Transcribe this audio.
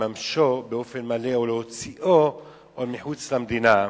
לממשו באופן מלא או להוציאו מחוץ למדינה.